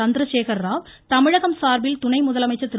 சந்திரசேகர ராவ் தமிழகம் சார்பில் துணை முதலமைச்சர் திரு